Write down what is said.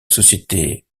société